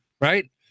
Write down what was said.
right